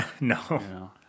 No